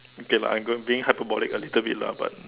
okay lah I'm going being hyperbolic a little bit lah but